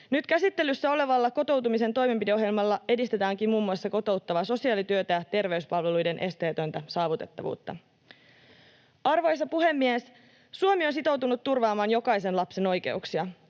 Nyt käsittelyssä olevalla kotoutumisen toimenpideohjelmalla edistetäänkin muun muassa kotouttavaa sosiaalityötä ja terveyspalveluiden esteetöntä saavutettavuutta. Arvoisa puhemies! Suomi on sitoutunut turvaamaan jokaisen lapsen oikeuksia.